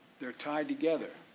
they are tied together.